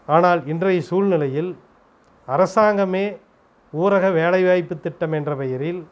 ஆனால் இன்றைய சூழ்நெலையில் அரசாங்கமே ஊரக வேலைவாய்ப்புத் திட்டம் என்ற பெயரில்